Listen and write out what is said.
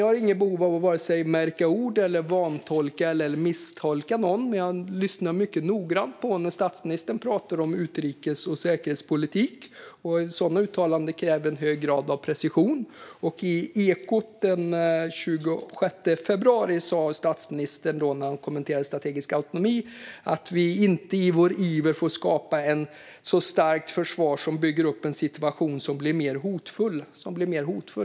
Jag har inget behov av att vare sig märka ord, vantolka eller misstolka någon. Men jag lyssnar mycket noga på när statsministern pratar om utrikes och säkerhetspolitik. Sådana uttalanden kräver en hög grad av precision. I Ekot den 26 februari sa statsministern när han kommenterade strategisk autonomi att vi inte i vår iver får skapa ett så starkt försvar som bygger upp en situation som blir mer hotfull.